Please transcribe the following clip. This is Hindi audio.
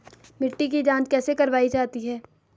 मिट्टी की जाँच कैसे करवायी जाती है?